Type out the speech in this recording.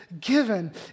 given